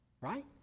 Right